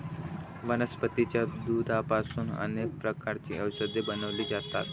वनस्पतीच्या दुधापासून अनेक प्रकारची औषधे बनवली जातात